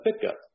pickup